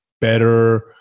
better